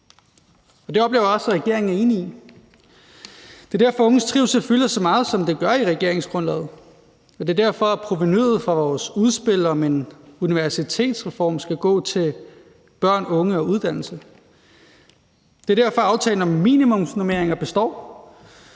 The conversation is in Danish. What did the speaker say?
Det oplever jeg også at regeringen er enig i. Det er derfor, at unges trivsel fylder så meget, som det gør, i regeringsgrundlaget, og det er derfor, at provenuet fra vores udspil om en universitetsreform skal gå til børn, unge og uddannelse. Det er derfor, at aftalen om minimumsnormeringer består,